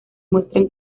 muestran